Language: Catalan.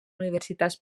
universitats